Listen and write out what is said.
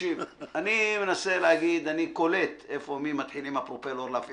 אני קולט מי מתחיל להפעיל את הפרופלור.